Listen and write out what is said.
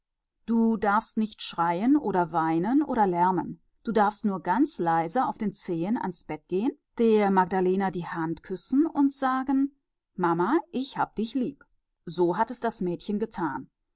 du darfst nicht schreien oder weinen oder lärmen du darfst nur ganz leise auf den zehen ans bett gehen der magdalena die hand küssen und sagen mamma ich hab dich lieb so hat es das mädchen getan